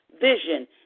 vision